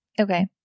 Okay